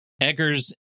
Eggers